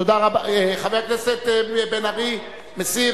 חבר הכנסת בן-ארי, מסיר?